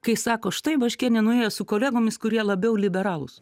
kai sako štai baškienė nuėjo su kolegomis kurie labiau liberalūs